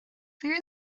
there